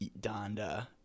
Donda